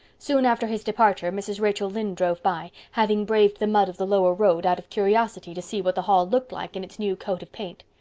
soon after his departure mrs. rachel lynde drove by, having braved the mud of the lower road out of curiosity to see what the hall looked like in its new coat of paint.